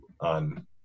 on